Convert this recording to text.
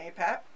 APAP